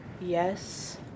Yes